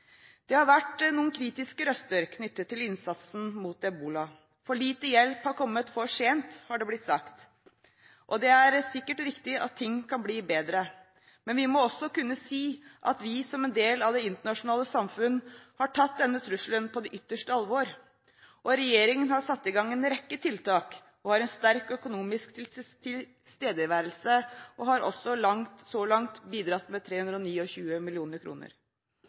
Det har vært noen kritiske røster knyttet til innsatsen mot ebola. For lite hjelp har kommet for sent, har det blitt sagt. Det er sikkert riktig at ting kan bli bedre, men vi må også kunne si at vi, som en del av det internasjonale samfunnet, har tatt denne trusselen på det ytterste alvor. Regjeringen har satt i gang en rekke tiltak og har en sterk økonomisk tilstedeværelse, og den har så langt bidratt med 329 mill. kr. Norsk støtte er gitt til bl.a. FN, Leger Uten Grenser og